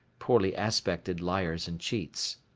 poorly aspected, liars and cheats.